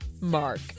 Mark